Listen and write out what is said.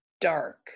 dark